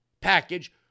package